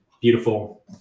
beautiful